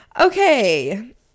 Okay